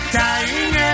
dying